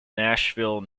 nashville